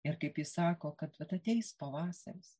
ir kaip ji sako kad vat ateis pavasaris